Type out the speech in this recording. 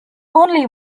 only